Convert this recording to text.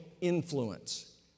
influence